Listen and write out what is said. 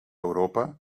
europa